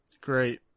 Great